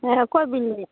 ᱦᱮᱸ ᱚᱠᱚᱭᱵᱮᱱ ᱞᱟᱹᱭᱮᱫᱟ